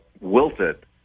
wilted